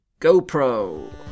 GoPro